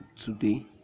today